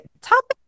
topic